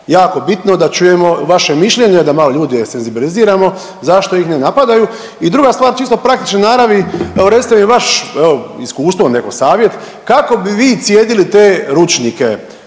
Jako bitno da čujemo vaše mišljenje da malo ljude senzibiliziramo zašto ih ne napadaju. I druga stvar čisto praktične naravi, evo recite mi vaš evo iskustvo neko, savjet kako bi vi cijedili te ručnike.